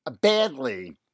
badly